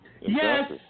Yes